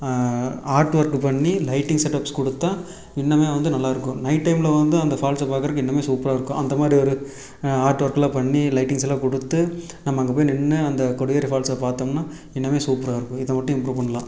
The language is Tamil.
ஆர்ட் ஒர்க்கு பண்ணி லைட்டிங் செட்டப்ஸ் கொடுத்தா இன்னுமே வந்து நல்லாயிருக்கும் நைட் டைமில் வந்து அந்த ஃபால்ஸை பார்க்கறக்கு இன்னுமே சூப்பராக இருக்கும் அந்தமாதிரி ஒரு ஆர்ட் ஒர்க்கெல்லாம் பண்ணி லைட்டிங்ஸ் எல்லாம் கொடுத்து நம்ம அங்கே போய் நின்று அந்த கொடிவேரி ஃபால்ஸை பார்த்தோம்னா இன்னுமே சூப்பராக இருக்கும் இதை மட்டும் இம்ப்ரூவ் பண்ணலாம்